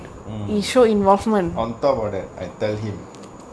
on top of that I tell him